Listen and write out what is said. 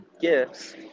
gifts